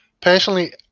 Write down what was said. Personally